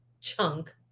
chunk